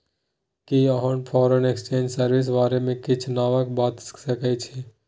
कि अहाँ foreign exchange service बारे मे किछ नबका बता सकै छी